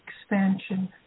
expansion